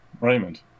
Raymond